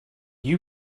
you